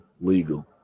legal